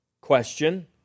Question